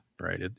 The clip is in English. right